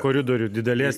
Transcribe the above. koridorių didelės